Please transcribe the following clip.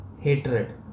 hatred